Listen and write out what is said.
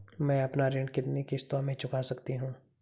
मैं अपना ऋण कितनी किश्तों में चुका सकती हूँ?